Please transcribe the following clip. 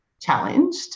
challenged